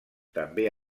també